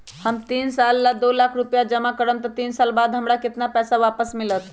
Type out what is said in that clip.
हम तीन साल ला दो लाख रूपैया जमा करम त तीन साल बाद हमरा केतना पैसा वापस मिलत?